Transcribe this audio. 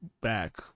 back